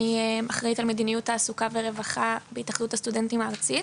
אני אחראית על מדיניות תעסוקה ורווחה בהתאחדות הסטודנטים הארצית.